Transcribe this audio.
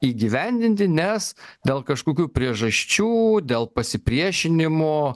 įgyvendinti nes dėl kažkokių priežasčių dėl pasipriešinimo